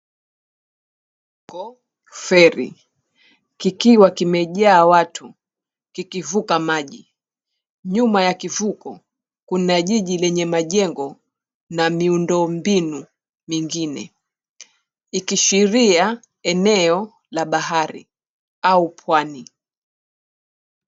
Feri kikiwa kimejaa watu kikivuka maji. Nyuma ya kivuko kuna jiji lenye majengo na miundo mbinu mingine ikiashiria eneo ya bahari au pwani.